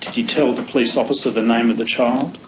did he tell the police officer the name of the child?